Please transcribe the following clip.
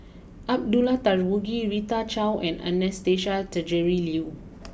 Abdullah Tarmugi Rita Chao and Anastasia Tjendri Liew